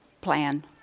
plan